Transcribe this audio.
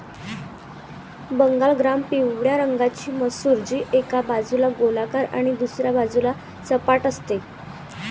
Bengal gram पिवळ्या रंगाची मसूर, जी एका बाजूला गोलाकार आणि दुसऱ्या बाजूला सपाट असते